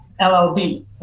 LLB